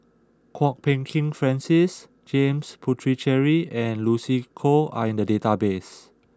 Kwok Peng Kin Francis James Puthucheary and Lucy Koh are in the database